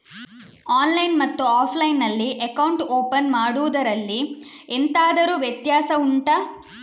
online ಮತ್ತು offline ನಲ್ಲಿ account open ಮಾಡುವುದರಲ್ಲಿ ಎಂತಾದರು ವ್ಯತ್ಯಾಸ ಉಂಟಾ